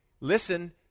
listen